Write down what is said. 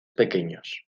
pequeños